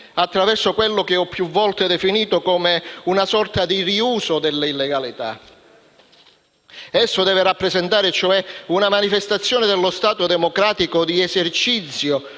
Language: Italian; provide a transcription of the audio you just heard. attraverso quello che ho più volte definito come una sorta di riuso di legalità. Esso deve rappresentare, cioè, una manifestazione dello Stato democratico di esercizio,